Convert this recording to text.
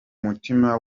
mutima